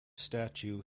statue